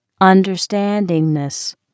understandingness